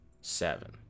Seven